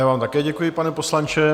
Já vám také děkuji, pane poslanče.